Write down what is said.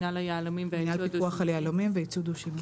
מינהל הפיקוח על היהלומים והייצוא הדו-שימושי,